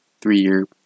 Three-year